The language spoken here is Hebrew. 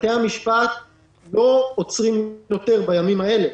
בתי המשפט לא עוצרים יותר בימים האלה.